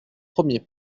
premier